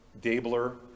Dabler